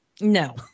No